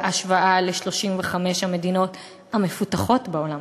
בהשוואה ל-35 המדינות המפותחות בעולם,